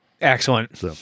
Excellent